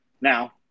Now